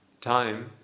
time